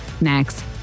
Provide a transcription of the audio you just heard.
next